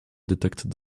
detected